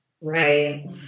right